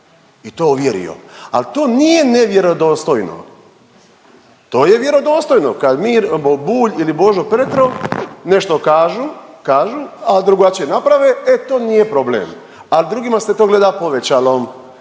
i to ovjerio. Al to nije nevjerodostojno, to je vjerodostojno kad Bulj ili Božo Petrov nešto kažu, a drugačije naprave e to nije problem, a drugima se to gleda povećalom.